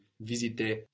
visiter